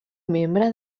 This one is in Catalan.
membre